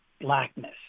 Blackness